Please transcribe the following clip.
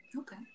Okay